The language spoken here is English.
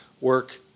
work